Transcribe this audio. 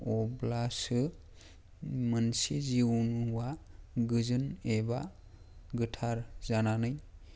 अब्लासो मोनसे जिउआव गोजों एबा गोथार जानानै